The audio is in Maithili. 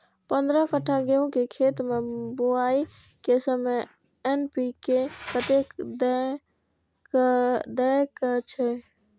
पंद्रह कट्ठा गेहूं के खेत मे बुआई के समय एन.पी.के कतेक दे के छे?